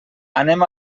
anem